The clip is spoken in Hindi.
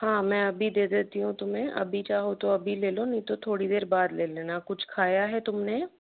हाँ मैं अभी दे देती हूँ तुम्हें अभी चाहो तो अभी लेलो नहीं तो थोड़ी देर बाद ले लेना कुछ खाया है तुमने